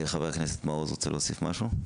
חבר הכנסת מעוז רוצה להוסיף משהו?